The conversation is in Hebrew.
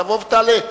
תבוא ותעלה.